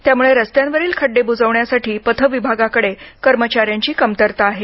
त्यामुळे रस्त्यांवरील खड्डे बुजवण्यासाठी पथ विभागाकडे कर्मचाऱ्यांची कमतरता आहे